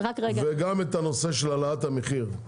וגם את הנושא של העלאת המחיר.